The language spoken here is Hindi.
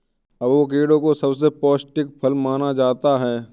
अवोकेडो को सबसे पौष्टिक फल माना जाता है